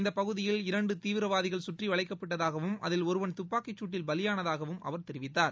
இந்தப் பகுதியில் இரண்டு தீவிரவாதிகள் சுற்றி வளைக்கப்பட்டதாகவும் அதில் ஒருவன் துப்பாக்கிச் சூட்டில் பலியானதாகவும் அவர் தெரிவித்தார்